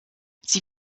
sie